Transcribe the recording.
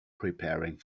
preparing